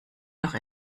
noch